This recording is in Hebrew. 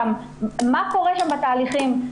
מה קורה שם בתהליכים.